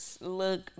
look